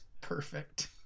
perfect